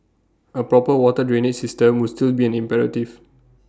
A proper water drainage system would still be an imperative